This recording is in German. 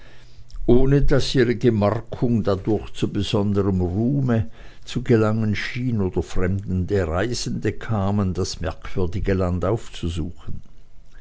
ohne daß ihre gemarkung dadurch zu besonderm rufe zu gelangen schien oder fremde reisende kamen das merkwürdige land aufzusuchen